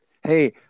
Hey